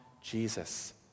Jesus